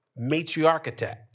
matriarchitect